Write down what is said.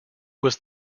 was